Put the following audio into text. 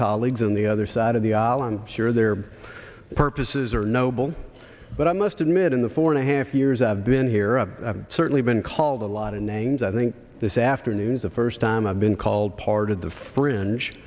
colleagues on the other side of the aisle i'm sure their purposes are noble but i must admit in the four and a half years i've been here certainly been called a lot of names i think this afternoons of first time i've been called part of the fringe